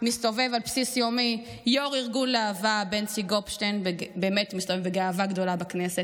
שר הביטחון הלאומי ייצג את אחיו של הרוצח הנתעב ישי